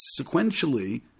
sequentially